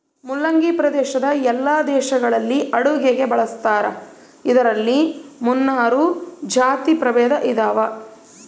ಮುಲ್ಲಂಗಿ ಪ್ರಪಂಚದ ಎಲ್ಲಾ ದೇಶಗಳಲ್ಲಿ ಅಡುಗೆಗೆ ಬಳಸ್ತಾರ ಇದರಲ್ಲಿ ಮುನ್ನೂರು ಜಾತಿ ಪ್ರಭೇದ ಇದಾವ